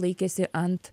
laikėsi ant